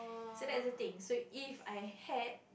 so that's the thing so if I hate